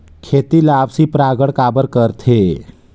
खेती ला आपसी परागण काबर करथे?